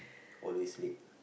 always late